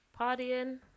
Partying